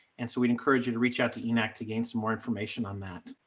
and so we'd encourage you to reach out to enact to gain some more information on that.